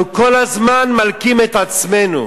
אנחנו כל הזמן מלקים את עצמנו.